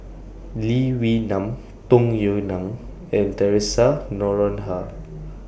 Lee Wee Nam Tung Yue Nang and Theresa Noronha